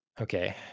Okay